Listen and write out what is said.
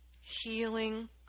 healing